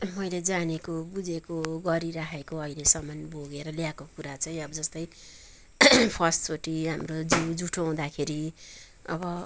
मैले जानेको बुझेको गरिराखेको अहिलेसम्म भोगेर ल्याएको कुरा चाहिँ अब जस्तै फर्स्टचोटि हाम्रो जिउ जुठो हुँदाखेरि अब